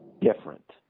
different